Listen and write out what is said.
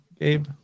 Gabe